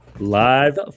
Live